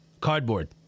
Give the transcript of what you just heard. Cardboard